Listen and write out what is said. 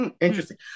Interesting